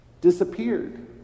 disappeared